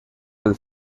del